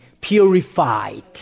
purified